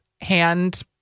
hand